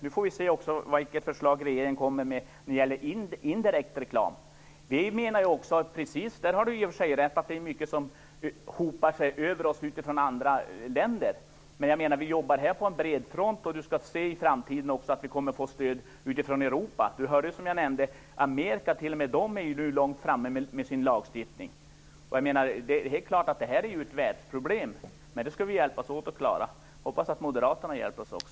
Nu får vi se vilket förslag regeringen kommer med när det gäller indirekt reklam. Vi menar också - där har Annika Jonsell i och för sig rätt - att det är mycket som hopar sig över oss från andra länder. Men vi jobbar på bred front, och Annika Jonsell skall få se att vi i framtiden kommer att få stöd utifrån Europa. Som jag sade är t.o.m. Amerika nu långt framme med sin lagstiftning. Det är helt klart att det här är ett världsproblem, men det skall vi hjälpas åt att klara. Jag hoppas att Moderaterna också hjälper oss.